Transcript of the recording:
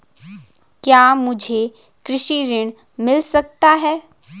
क्या मुझे कृषि ऋण मिल सकता है?